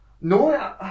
No